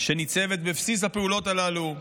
שניצבת בבסיס הפעולות הללו,